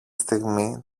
στιγμή